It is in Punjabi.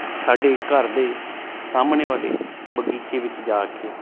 ਸਾਡੇ ਘਰ ਦੇ ਸਾਹਮਣੇ ਵਾਲੇ ਬਗੀਚੇ ਵਿੱਚ ਜਾ ਕੇ